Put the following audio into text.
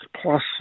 plus